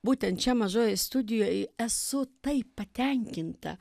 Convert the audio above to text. būtent čia mažoje studijoje esu taip patenkinta